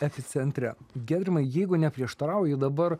epicentre giedrimai jeigu neprieštarauji dabar